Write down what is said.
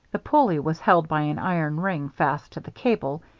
the pulley was held by an iron ring fast to the cable,